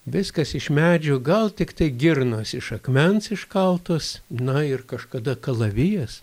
viskas iš medžių gal tiktai girnos iš akmens iškaltos na ir kažkada kalavijas